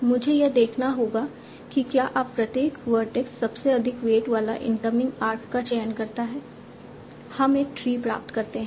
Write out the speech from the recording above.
मुझे यह देखना होगा कि क्या अब प्रत्येक वर्टेक्स सबसे अधिक वेट वाला इनकमिंग आर्क का चयन करता है हम एक ट्री प्राप्त करते हैं